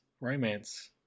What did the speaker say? romance